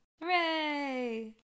hooray